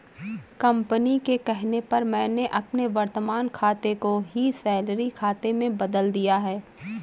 company के कहने पर मैंने अपने वर्तमान खाते को ही सैलरी खाते में बदल लिया है